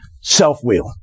self-will